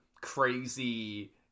crazy